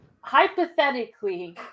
Hypothetically